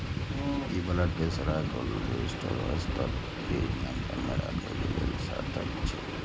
ई blood pressure आ cholesterol स्तर कें नियंत्रण मे राखै लेल सार्थक छै